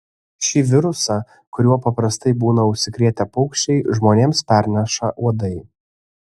šį virusą kuriuo paprastai būna užsikrėtę paukščiai žmonėms perneša uodai